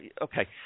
okay